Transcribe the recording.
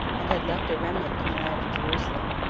and had left a remnant in the land of jerusalem,